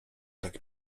tak